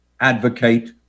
advocate